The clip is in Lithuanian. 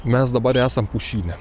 mes dabar esam pušyne